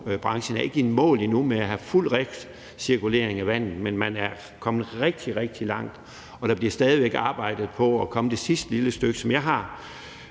er ikke i mål endnu med at have fuld recirkulering af vandet, men man er kommet rigtig, rigtig lang, og der bliver stadig væk arbejdet på at komme det sidste lille stykke. Som jeg har